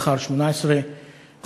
לאחר 18 חודשים,